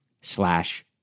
slash